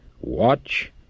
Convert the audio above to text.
Watch